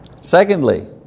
Secondly